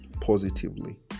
positively